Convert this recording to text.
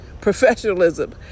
professionalism